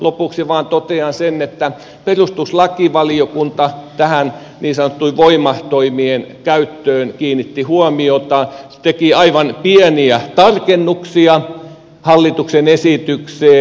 lopuksi vain totean sen että perustuslakivaliokunta tähän niin sanottujen voimatoimien käyttöön kiinnitti huomiota teki aivan pieniä tarkennuksia hallituksen esitykseen